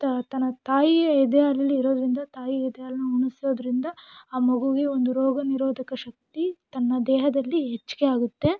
ತ ತನ್ನ ತಾಯಿಯ ಎದೆಹಾಲಲ್ಲಿ ಇರೋದರಿಂದ ತಾಯಿ ಎದೆಹಾಲನ್ನ ಉಣಿಸೋದ್ರಿಂದ ಆ ಮಗೂಗೆ ಒಂದು ರೋಗನಿರೋಧಕ ಶಕ್ತಿ ತನ್ನ ದೇಹದಲ್ಲಿ ಹೆಚ್ಚಿಗೆ ಆಗುತ್ತೆ